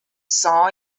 saw